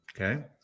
Okay